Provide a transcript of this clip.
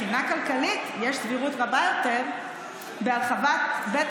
מבחינה כלכלית יש סבירות רבה יותר בהרחבת בית